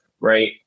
right